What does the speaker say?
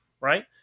right